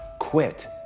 quit